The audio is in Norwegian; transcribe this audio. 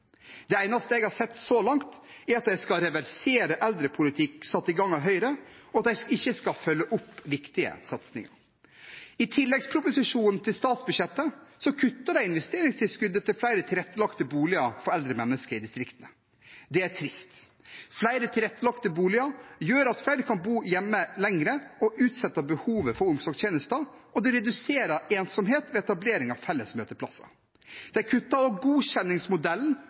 Det eneste jeg har sett så langt, er at de skal reversere eldrepolitikk satt i gang av Høyre, og at de ikke skal følge opp viktige satsinger. I tilleggsproposisjonen til statsbudsjettet kuttet de investeringstilskuddet til flere tilrettelagte boliger for eldre mennesker i distriktene. Det er trist. Flere tilrettelagte boliger gjør at flere kan bo hjemme lenger, noe som utsetter behovet for omsorgstjenester og reduserer ensomhet ved etablering av felles møteplasser. De kuttet også godkjenningsmodellen og